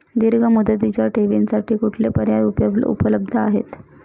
दीर्घ मुदतीच्या ठेवींसाठी कुठले पर्याय उपलब्ध आहेत?